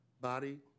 body